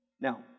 Now